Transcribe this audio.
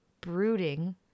Brooding